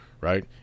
right